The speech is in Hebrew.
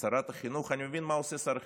שרת החינוך, אני מבין מה עושה שר החינוך.